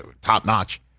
top-notch